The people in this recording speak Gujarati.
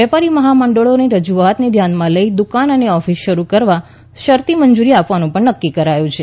વેપારી મહામંડળોની રજૂઆતોને ધ્યાનમાં લઇન દુકાનો અને ઑફિસો શરૂ કરવા શરતી મંજૂરી આપવાનું પણ નક્કી કરાયું છે